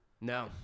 No